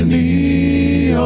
and e